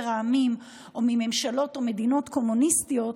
העמים או מממשלות או ממדינות קומוניסטיות,